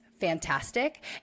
fantastic